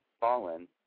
fallen